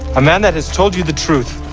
a man that has told you the truth,